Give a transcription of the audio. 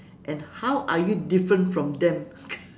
and how are you different from them